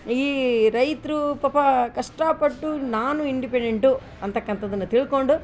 ಈ ರೈತರು ಪಾಪ ಕಷ್ಟಾಪಟ್ಟು ನಾನು ಇಂಡಿಪೆಂಡೆಂಟು ಅಂತಕ್ಕಂಥದನ್ನ ತಿಳ್ಕೊಂಡು